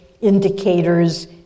indicators